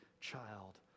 child